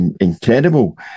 incredible